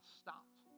stopped